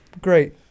great